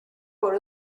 con